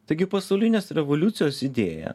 taigi pasaulinės revoliucijos idėja